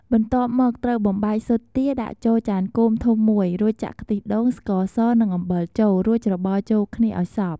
បន្ទាប់មកត្រូវបំបែកស៊ុតទាដាក់ចូលចានគោមធំមួយ រួចចាក់ខ្ទិះដូង ស្ករស និងអំបិលចូល រួចច្របល់ចូលគ្នាឲ្យសព្វ។